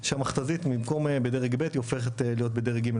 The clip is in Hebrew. והמכת"זית במקום להיות במדרג ב' היא הופכת להיות במדרג ג'.